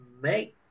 make